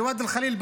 בוואדי אל-ח'ליל,